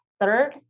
Third